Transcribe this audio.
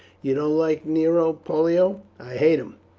you don't like nero, pollio? i hate him,